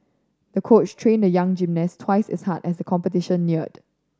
the coach trained the young gymnast twice is hard as competition neared